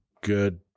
good